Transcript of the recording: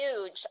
huge